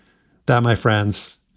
damn, my friends.